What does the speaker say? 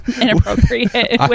inappropriate